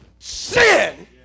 sin